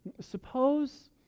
Suppose